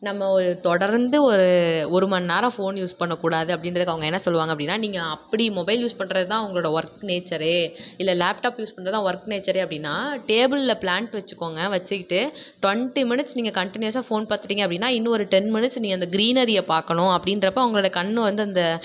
நம்ம ஒரு தொடர்ந்து ஒரு ஒரு மணிநேரம் ஃபோன் யூஸ் பண்ணக் கூடாது அப்படின்றதுக்கு அவங்க என்ன சொல்வாங்க அப்படின்னா நீங்கள் அப்படி மொபைல் யூஸ் பண்றது தான் உங்களோடய ஒர்க் நேச்சரு இல்லை லேப்டாப் யூஸ் பண்றது தான் ஒர்க் நேச்சரு அப்படின்னா டேபிளில் ப்ளாண்ட் வெச்சுக்கோங்க வெச்சிக்கிட்டு டொன்ட்டி மினிட்ஸ் நீங்கள் கன்டினியூஸா ஃபோன் பார்த்துட்டீங்க அப்படின்னா இன்னும் ஒரு டென் மினிட்ஸ் நீ அந்த க்ரீனரியை பார்க்கணும் அப்படின்றப்ப அவங்களோட கண் வந்து அந்த